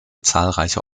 zahlreiche